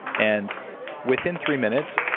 and within three minutes,